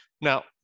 Now